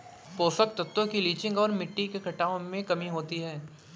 पोषक तत्वों की लीचिंग और मिट्टी के कटाव में कमी होती है